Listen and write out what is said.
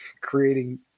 creating